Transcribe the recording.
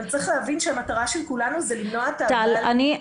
אבל צריך להבין שהמטרה של כולנו זה למנוע את האשפוז.